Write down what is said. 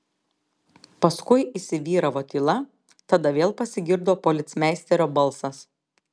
paskui įsivyravo tyla tada vėl pasigirdo policmeisterio balsas